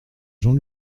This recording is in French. jean